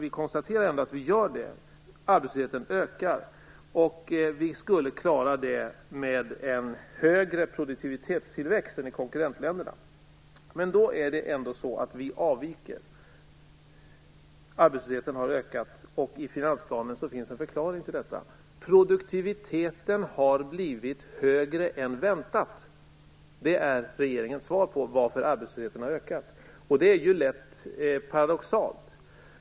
Vi konstaterar att de gör det, och arbetslösheten ökar. Vi skulle klara det med en högre produktivitetstillväxt än i konkurrentländerna. Men det är ändå så att vi avviker, arbetslösheten har ökat. I finansplanen finns en förklaring till detta: produktiviteten har blivit högre än väntat. Det är regeringens svar på varför arbetslösheten har ökat. Det är rätt paradoxalt.